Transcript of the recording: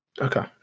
Okay